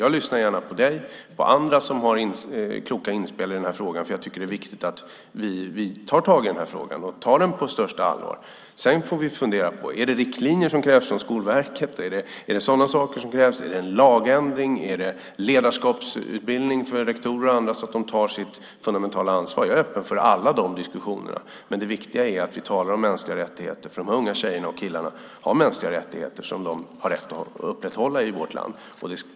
Jag lyssnar gärna på dig och på andra som har kloka inspel i den här frågan, för jag tycker att det är viktigt att vi tar tag i den och tar den på största allvar. Sedan får vi fundera på om det är riktlinjer som krävs från Skolverket, om det är sådana saker som krävs, om det är en lagändring eller ledarskapsutbildning för rektorer och andra så att de tar sitt fundamentala ansvar. Jag är öppen för alla de diskussionerna. Det viktiga är att vi talar om mänskliga rättigheter, för de här unga tjejerna och killarna har mänskliga rättigheter som de har rätt att upprätthålla i vårt land.